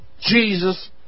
Jesus